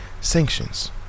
sanctions